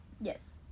yes